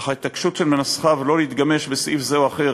אך ההתעקשות של מנסחיו שלא להתגמש בסעיף זה או אחר